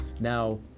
Now